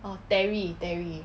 uh terry terry